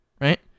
right